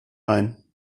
ein